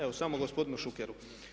Evo samo gospodinu Šukeru.